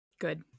Good